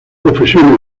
profesión